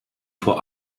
vor